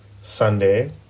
Sunday